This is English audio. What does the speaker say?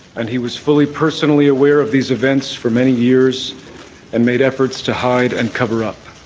and he was fully personally aware of these events for many years and made efforts to hide and cover up